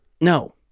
no